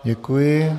Děkuji.